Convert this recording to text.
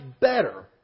better